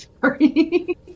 Sorry